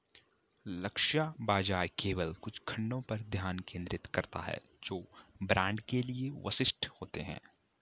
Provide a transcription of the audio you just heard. लक्ष्य बाजार केवल कुछ खंडों पर ध्यान केंद्रित करता है जो ब्रांड के लिए विशिष्ट होते हैं